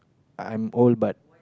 I'm old but